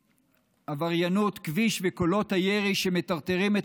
עבריינות כביש וקולות הירי שמטרטרים את